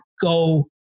Go